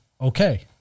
okay